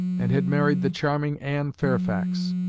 and had married the charming anne fairfax.